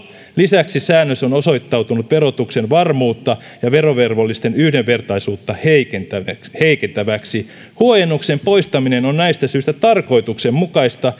lisäksi säännös on osoittautunut verotuksen varmuutta ja verovelvollisten yhdenvertaisuutta heikentäväksi heikentäväksi huojennuksen poistaminen on näistä syistä tarkoituksenmukaista